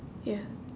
ya